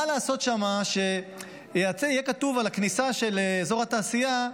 מה לעשות שם כדי שיהיה כתוב בכניסה של אזור התעשייה: